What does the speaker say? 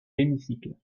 l’hémicycle